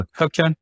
okay